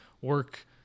work